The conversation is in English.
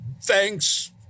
thanks